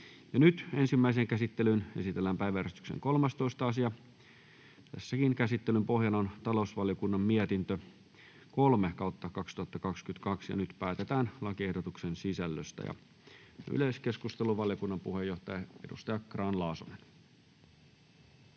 Ensimmäiseen käsittelyyn esitellään päiväjärjestyksen 13. asia. Käsittelyn pohjana on talousvaliokunnan mietintö TaVM 3/2022 vp. Nyt päätetään lakiehdotuksen sisällöstä. — Yleiskeskustelu, valiokunnan puheenjohtaja, edustaja Grahn-Laasonen.